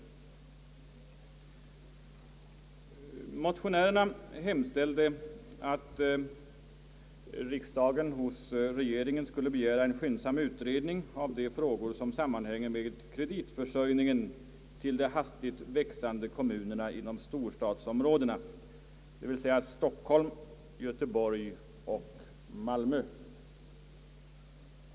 Motionärerna hemställde att riksdagen hos regeringen skulle begära en skyndsam utredning av de frågor som sammanhänger med kreditförsörjningen till de hastigt växande kommunerna inom storstadsområdena, d. v. s. Stockholm, Göteborg och Malmö.